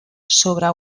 sobre